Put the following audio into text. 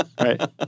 Right